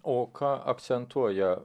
o ką akcentuoja